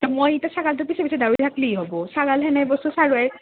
মই ইতা ছাগালটোৰ পিছে পিছে দাউৰি থাকলিহে হ'ব ছাগাল সেনেই বস্তু